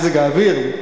מזג האוויר.